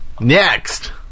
Next